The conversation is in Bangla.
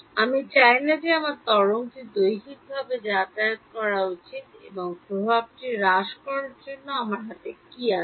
আমি চাই না যে আমার তরঙ্গটি দৈহিকভাবে যাতায়াত করা উচিত এই প্রভাবটি হ্রাস করার জন্য আমার হাতে কী আছে